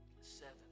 seven